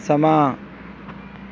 ਸਮਾਂ